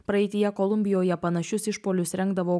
praeityje kolumbijoje panašius išpuolius rengdavo